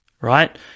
Right